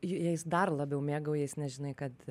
ju jais dar labiau mėgaujies nes žinai kad